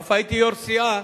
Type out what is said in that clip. אף הייתי יושב-ראש סיעה